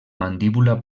mandíbula